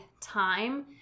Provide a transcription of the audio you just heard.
time